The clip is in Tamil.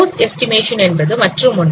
போஸ் எஸ்டிமேஷன் என்பது மற்றுமொன்று